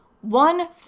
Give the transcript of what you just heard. One